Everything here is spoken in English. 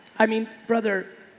i mean, brother,